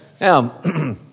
Now